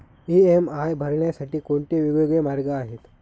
EMI भरण्यासाठी कोणते वेगवेगळे मार्ग आहेत?